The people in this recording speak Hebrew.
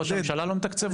ראש הממשלה לא מתקצב אתכם?